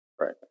Right